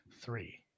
Three